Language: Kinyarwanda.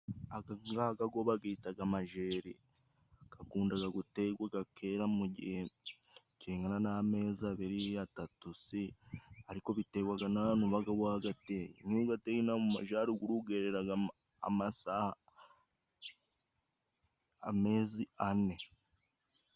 Agangaga go bagitaga amajeri gakundaga gutegwaga, kera mu gihe kingana n'amezi abiri atatu se ariko bitegwaga n'ahantu wabaga wagateye, Nk'iyo ugateye inaha mu majaruguru gereraga amezi ane.